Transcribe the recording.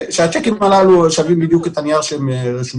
הצ'קים הללו שווים בדיוק את הנייר עליו הם רשומים,